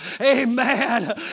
Amen